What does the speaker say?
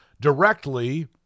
directly